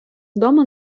дома